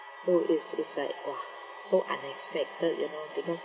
so it's it's like !wah! so unexpected you know because